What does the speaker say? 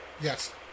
Yes